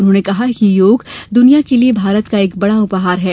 उन्होंने कहा कि योग दुनिया के लिए भारत का एक बड़ा उपहार है